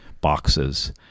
boxes